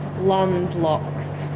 landlocked